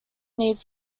needs